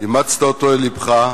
אימצת אותו אל לבך,